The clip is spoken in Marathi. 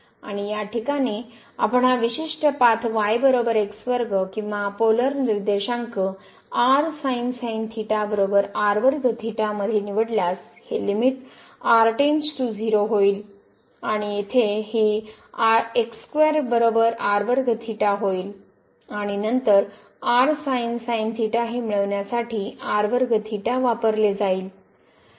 आणि या ठिकाणी आपण हा विशिष्ट पाथ किंवा पोलर निर्देशांक मध्ये निवडल्यास हे लिमिट r → 0 होईल आणि येथे ही होईल आणि नंतर हे मिळवण्यासाठी वापरले जाईल